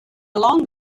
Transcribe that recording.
long